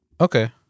Okay